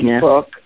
book